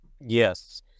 Yes